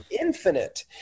infinite